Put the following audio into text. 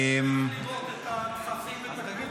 אני שמח לראות את התככים ואת הקנוניות שלך.